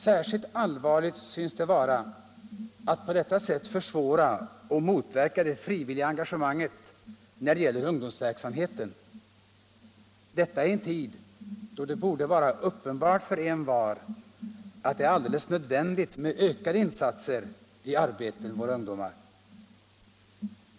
Särskilt allvarligt synes det vara att på detta sätt försvåra och motverka det frivilliga engagemanget när det gäller ungdomsverksamheten — detta i en tid då det borde vara uppenbart för envar att det är alldeles nödvändigt med ökade insatser i arbetet med våra ungdomar.